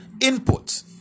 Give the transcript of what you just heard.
input